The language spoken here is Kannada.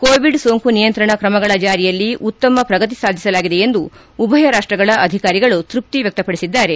ಕೋಎಡ್ ಸೋಂಕು ನಿಯಂತ್ರಣ ಕ್ರಮಗಳ ಜಾರಿಯಲ್ಲಿ ಉತ್ತಮ ಪ್ರಗತಿ ಸಾಧಿಸಲಾಗಿದೆ ಎಂದು ಉಭಯ ರಾಷ್ಟಗಳ ಅಧಿಕಾರಿಗಳು ತೈಪ್ತಿ ವ್ವಕ್ತಪಡಿಸಿದ್ದಾರೆ